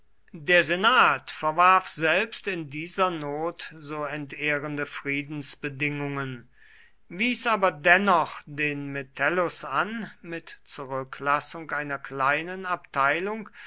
der senat verwarf selbst in dieser not so entehrende friedensbedingungen wies aber den noch den metellus an mit zurücklassung einer kleinen abteilung